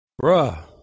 Bruh